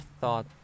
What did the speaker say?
thought